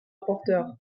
rapporteur